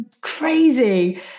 crazy